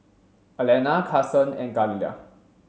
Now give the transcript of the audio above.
Alannah Cason and Galilea